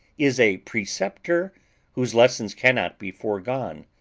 is a preceptor whose lessons cannot be forgone,